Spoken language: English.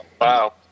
Wow